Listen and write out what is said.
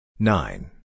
Nine